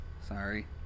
Sorry